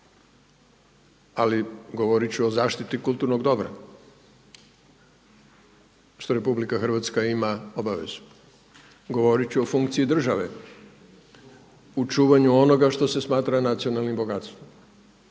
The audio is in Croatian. ali govoriti ću o zaštiti kulturnog dobra što RH ima obavezu. Govoriti ću o funkciji države u čuvanju onoga što se smatra nacionalnim bogatstvom